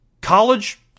College